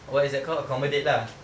what is that called accommodate lah